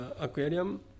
aquarium